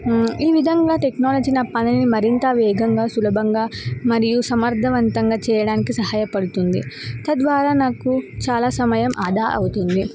ఈ విధంగా టెక్నాలజీ నా పనిని మరింత వేగంగా సులభంగా మరియు సమర్థవంతంగా చేయడానికి సహాయపడుతుంది తద్వారా నాకు చాలా సమయం ఆదా అవుతుంది